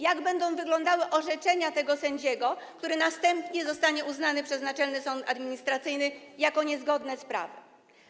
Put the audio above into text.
Jak będą wyglądały orzeczenia tego sędziego, co do którego następnie zostanie to uznane przez Naczelny Sąd Administracyjny za niezgodne z prawem?